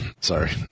Sorry